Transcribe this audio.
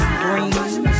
green